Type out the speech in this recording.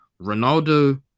ronaldo